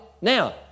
Now